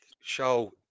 show